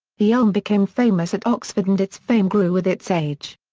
the elm became famous at oxford and its fame grew with its age.